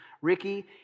Ricky